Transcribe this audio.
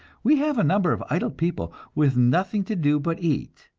we have a number of idle people with nothing to do but eat,